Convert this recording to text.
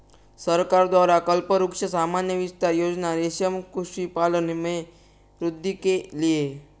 सरकार द्वारा कल्पवृक्ष सामान्य विस्तार योजना रेशम कृषि पालन में वृद्धि के लिए